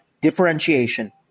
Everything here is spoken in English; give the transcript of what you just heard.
differentiation